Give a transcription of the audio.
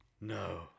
No